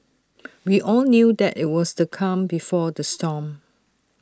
we all knew that IT was the calm before the storm